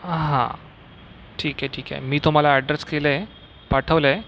हां ठीक आहे ठीक आहे मी तुम्हाला ॲड्रेस केला आहे पाठवला आहे